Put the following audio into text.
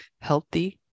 healthy